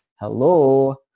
Hello